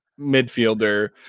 midfielder